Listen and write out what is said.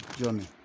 journey